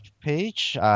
page